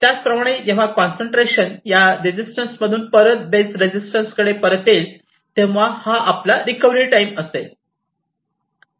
त्याचप्रमाणे जेव्हा कॉन्सन्ट्रेशन या रेजिस्टन्स मधून परत बेस रेझिस्टन्सकडे परत येईल तेव्हा हा आपला रिकव्हरी टाईम असेल